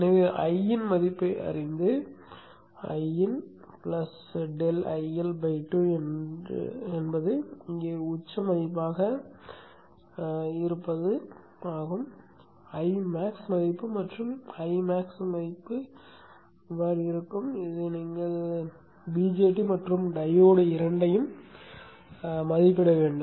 எனவே Iin இன் மதிப்பை அறிந்து Iin ∆ IL 2 என்பது இங்கே உச்ச மதிப்பாக இருக்கும் Imax மதிப்பு மற்றும் அது Imax மதிப்பாக இருக்கும் என்று நீங்கள் BJT மற்றும் டையோடு இரண்டையும் மதிப்பிட வேண்டும்